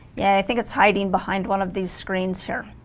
yeah i think it's hiding behind one of these screens here